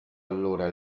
allora